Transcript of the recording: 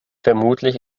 vermutlich